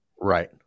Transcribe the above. Right